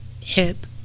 hip